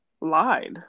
lied